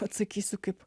atsakysiu kaip